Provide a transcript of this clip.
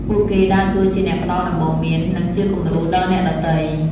ពួកគេដើរតួជាអ្នកផ្តល់ដំបូន្មាន និងជាគំរូដល់អ្នកដទៃ។